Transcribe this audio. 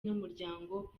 n’umuryango